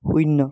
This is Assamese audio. শূন্য